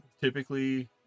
Typically